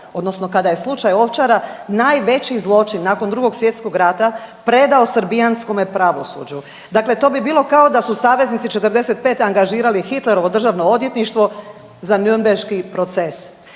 odnosno kada je slučaj Ovčara, najveći zločin nakon II. svj. rata predao srbijanskome pravosuđu. Dakle to bi bili kao da su saveznici '45. angažirali Hitlerovo državno odvjetništvo za nürnberški proces.